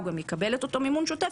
הוא גם יקבל את אותו מימון שוטף.